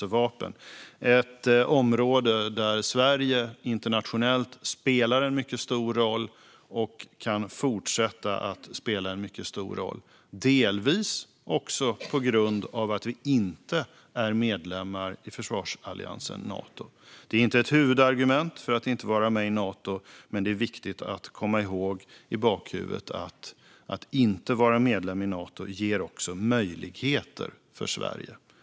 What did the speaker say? Det är ett område där Sverige internationellt spelar en mycket stor roll och kan fortsätta att göra det, delvis också på grund av att vi inte är medlemmar i försvarsalliansen Nato. Det är inte ett huvudargument för att inte vara med i Nato, men det är viktigt att komma ihåg detta och ha det i bakhuvudet. Att inte vara medlem i Nato ger också möjligheter för Sverige.